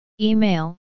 email